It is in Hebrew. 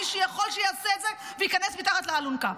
מי שיכול, שיעשה את זה וייכנס מתחת לאלונקה.